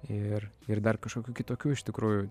ir ir dar kažkokių kitokių iš tikrųjų